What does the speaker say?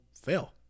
fail